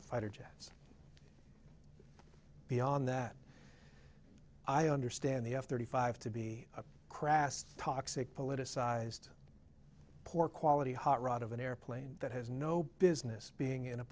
fighter jets beyond that i understand the f thirty five to be a crass toxic politicized poor quality hot rod of an airplane that has no business being in a